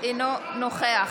הוא לא רצוי פה.